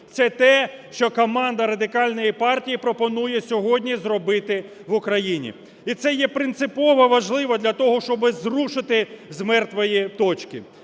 Це те, що команда Радикальної партії пропонує зробити в Україні. І це є принципово важливо для того, щоби зрушити з мертвої точки.